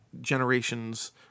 generations –